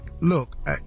look